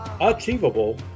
achievable